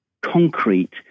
concrete